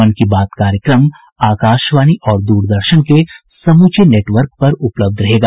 मन की बात कार्यक्रम आकाशवाणी और द्रदर्शन के समुचे नेटवर्क पर प्रसारित होगा